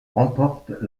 remporte